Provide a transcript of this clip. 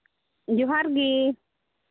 ᱡᱚᱦᱟᱨ ᱜᱮ